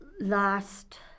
Last